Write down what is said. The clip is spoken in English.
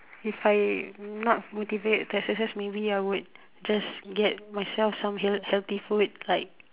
if I not motivate exercise maybe I will just get myself some healthy healthy food like uh